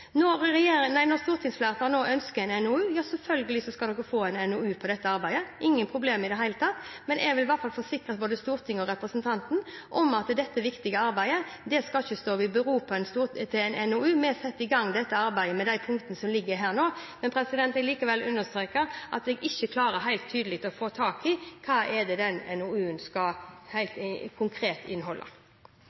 Når stortingsflertallet nå ønsker en NOU, så skal stortingsflertallet selvfølgelig få en NOU om dette arbeidet – ikke noe problem – men jeg vil i hvert fall forsikre både Stortinget og representanten om at dette viktige arbeidet ikke skal bero på en NOU. Vi setter i gang dette arbeidet, med de punktene som nå ligger her. Jeg vil likevel understreke at jeg ikke helt klarer å få tak i hva den NOU-en helt konkret skal inneholde. Replikkordskiftet er over. Jeg fikk lyst til å minne om sakens tittel: Fosterhjem til barns beste. Til barns beste! Jeg vil i